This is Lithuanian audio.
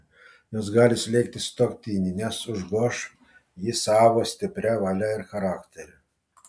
jos gali slėgti sutuoktinį nes užgoš jį savo stipria valia ir charakteriu